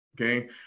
okay